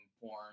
porn